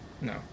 No